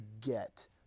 get